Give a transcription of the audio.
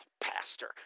Pastor